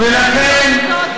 ולכן,